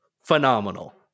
Phenomenal